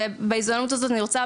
ובהזדמנות הזאת אני רוצה,